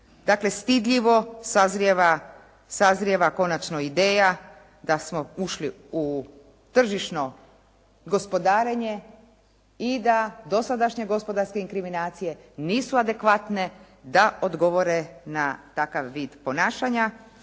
sazrijeva, sazrijeva konačno ideja da smo ušli u tržišno gospodarenje i da dosadašnje gospodarske inkriminacije nisu adekvatne da odgovore na takav vid ponašanja